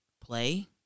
play –